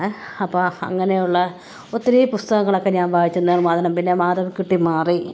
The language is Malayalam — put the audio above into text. അപ്പോള് അങ്ങനെയുള്ള ഒത്തിരി പുസ്തകങ്ങളൊക്കെ ഞാന് വായിച്ച് നീർമാതളം പിന്നെ മാധവിക്കുട്ടി മാറി